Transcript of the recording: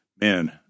Man